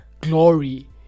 Glory